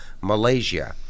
Malaysia